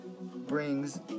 brings